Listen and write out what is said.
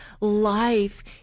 life